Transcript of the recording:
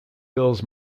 hills